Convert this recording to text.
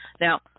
Now